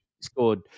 Scored